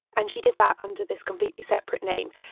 and she did that under this completely separate name,